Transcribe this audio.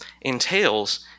entails